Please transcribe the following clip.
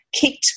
kicked